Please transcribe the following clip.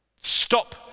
Stop